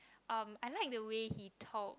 um I like the way he talks